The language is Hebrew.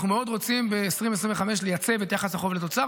ואנחנו מאוד רוצים ב-2025 לייצב את יחס החוב לתוצר,